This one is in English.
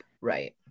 right